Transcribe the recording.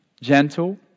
gentle